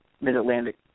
mid-Atlantic